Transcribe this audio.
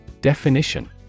Definition